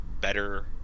better